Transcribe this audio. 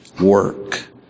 work